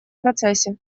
процессе